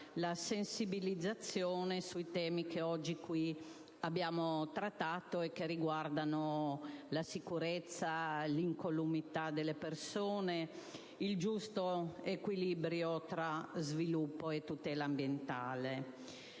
una sensibilizzazione sui temi che oggi abbiamo trattato in questa sede, che riguardano la sicurezza e l'incolumità delle persone, nonché il giusto equilibrio tra sviluppo e tutela ambientale.